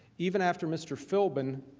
even after mr. philbin